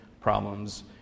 problems